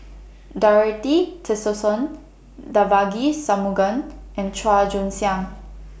Doroty Tessensohn Devagi Sanmugam and Chua Joon Siang